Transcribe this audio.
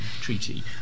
treaty